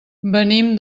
venim